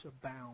abound